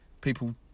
People